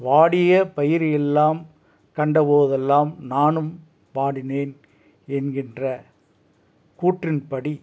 வாடிய பயிர் எல்லாம் கண்டபோதெல்லாம் நானும் வாடினேன் என்கின்ற கூற்றின் படி